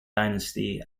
dynasty